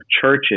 churches